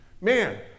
Man